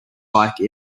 bike